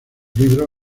libro